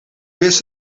wist